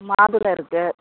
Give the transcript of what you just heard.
மாதுளை இருக்கு